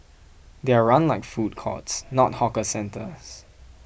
they are run like food courts not hawker centres